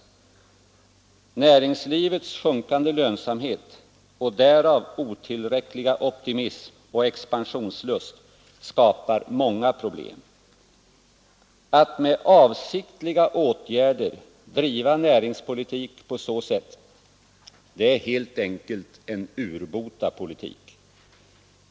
Näringslivets sjunkande lönsamhet och därav följande otillräckliga optimism och expansionslust skapar många problem. Att med avsiktliga åtgärder driva näringspolitik på så sätt är helt enkelt en urbota politik.